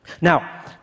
Now